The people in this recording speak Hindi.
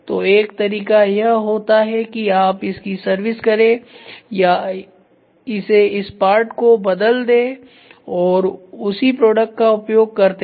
तो एक तरीका यह होता है कि आप इसकी सर्विस करें या इसे इस पार्ट को बदल दे और उसी प्रोडक्ट का उपयोग करते रहे